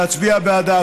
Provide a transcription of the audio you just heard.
להצביע בעדה.